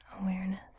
awareness